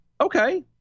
Okay